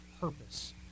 purpose